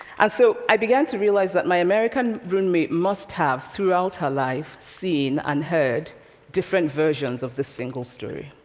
and so, i began to realize that my american roommate must have throughout her life seen and heard different versions of this single story,